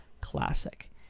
classic